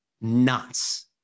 nuts